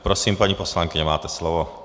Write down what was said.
Prosím, paní poslankyně, máte slovo.